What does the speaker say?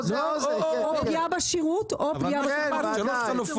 או פגיעה בשירות או פגיעה ב ----- תודה.